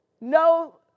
no